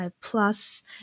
plus